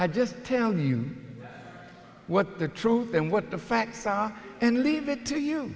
i just tell you what the truth and what the facts are and leave it to you